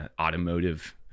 automotive